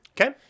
Okay